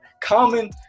common